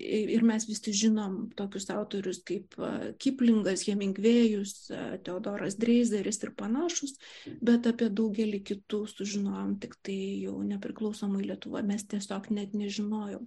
ir mes visi žinom tokius autorius kaip kiplingas hemingvėjus teodoras dreizeris ir panašūs bet apie daugelį kitų sužinojom tiktai jau nepriklausomoj lietuvoj mes tiesiog net nežinojom